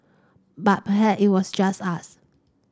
but perhaps it was just us